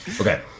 Okay